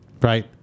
right